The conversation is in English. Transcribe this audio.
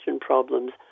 problems